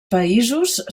països